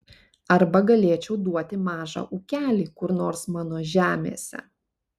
arba galėčiau duoti mažą ūkelį kur nors mano žemėse